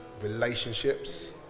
relationships